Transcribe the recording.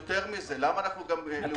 יותר מזה --- מתי?